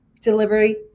delivery